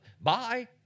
Bye